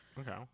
Okay